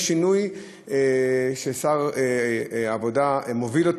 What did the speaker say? יש שינוי ששר העבודה מוביל,